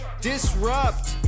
Disrupt